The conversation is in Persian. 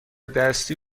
دستی